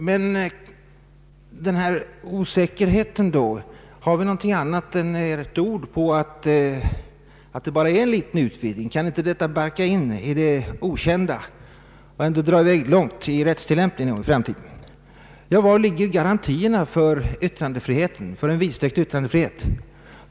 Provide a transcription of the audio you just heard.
Men den här osäkerheten då, har vi någonting annat än ert ord på att det bara är en liten utvidgning, kan inte detta barka in i det okända och rättstillämpningen dra i väg med oss i framtiden? Ja, var ligger garantierna för en vidsträckt yttrandefrihet?